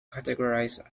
categorized